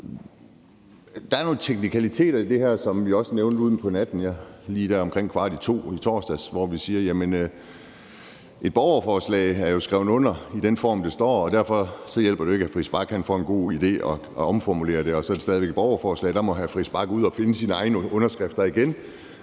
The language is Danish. Der er nogle teknikaliteter i det her, som vi også nævnte ud på natten i torsdags – lige der omkring kvart i to. Et borgerforslag er jo skrevet under i den form, det har, og derfor hjælper det jo ikke, at hr. Christian Friis Bach får en god idé og omformulerer det, og at så er det stadig væk et borgerforslag. Der må hr. Christian Friis Bach ud og finde nogle underskrifter igen.